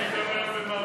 אולי אני אדבר במרוקאית.